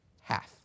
Half